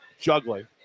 juggling